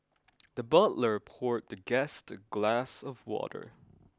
the butler poured the guest a glass of water